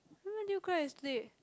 when did you you cry yesterday